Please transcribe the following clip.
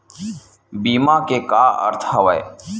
बीमा के का अर्थ हवय?